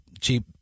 cheap